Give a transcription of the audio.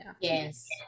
yes